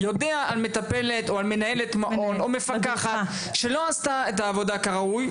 יודע על מטפלת או על מנהלת או מפקחת שלא עשתה את העבודה כראוי,